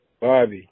Bobby